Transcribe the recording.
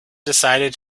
decided